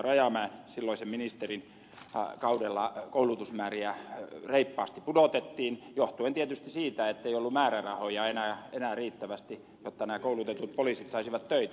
rajamäen silloisen ministerin kaudella koulutusmääriä reippaasti pudotettiin johtuen tietysti siitä ettei ollut määrärahoja enää riittävästi jotta nämä koulutetut poliisit saisivat töitä